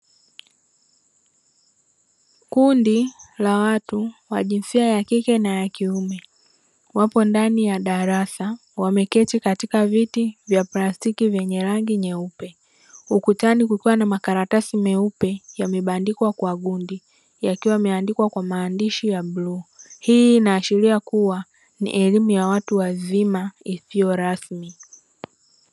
Kundi la watu wa jinsia kike na ya kuime, wapo ndani ya darasa wameketi katika viti vya plastiki vyenye rangi nyeupe, ukutani kukiwa na makaratasi meupe yamebandikwa kwa gundi, yakiwa yameandikwa kwa maandishi ya bluu, hii inaashiria kuwa ni elimu ya watu wazima isiyo rasmi.